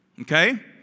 Okay